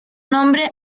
nombre